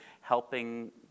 helping